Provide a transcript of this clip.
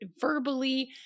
verbally